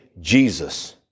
Jesus